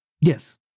Yes